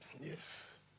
Yes